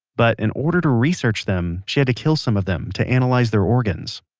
but in order to research them, she had to kill some of them to analyze their organs.